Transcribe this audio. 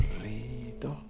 rido